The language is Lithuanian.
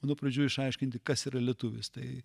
nuo pradžių išaiškinti kas yra lietuvis tai